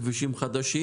או לכבישים חדשים?